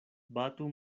batu